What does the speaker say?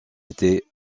était